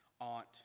aunt